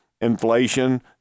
inflation